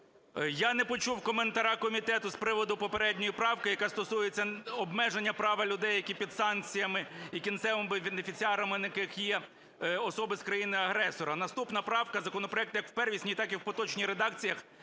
Я не почув коментаря комітету з приводу попередньої правки, яка стосується обмеження права людей, які під санкціями, і кінцевими бенефіціарами яких є особи з країни-агресора. Наступна правка. Законопроект як в первісній так і в поточній редакціях